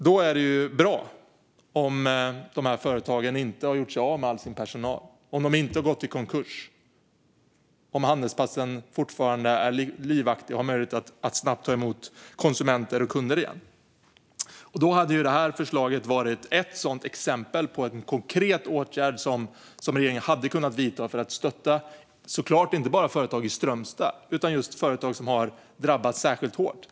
Då är det bra om företagen inte har gjort sig av med all personal och inte har gått i konkurs och om handelsplatsen fortfarande är livaktig och har möjlighet att snabbt ta emot konsumenter och kunder igen. Där hade förslaget varit ett exempel på en konkret åtgärd som regeringen hade kunnat vidta för att stötta inte bara företag i Strömstad utan företag som har drabbats särskilt hårt.